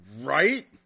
Right